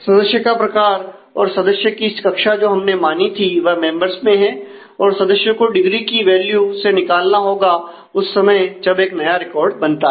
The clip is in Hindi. सदस्य का प्रकार और सदस्य की कक्षा जो हमने मानी थी वह मेंबर्स में है और सदस्यों को डिग्री की वैल्यू से निकालना होगा उस समय जब एक नया रिकॉर्ड बनता है